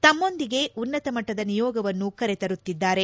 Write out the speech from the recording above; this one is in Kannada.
ತಮ್ಮೊಂದಿಗೆ ಉನ್ನತಮಟ್ಟದ ನಿಯೋಗವನ್ನು ಕರೆತರುತ್ತಿದ್ದಾರೆ